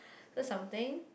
that's something